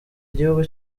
igihugu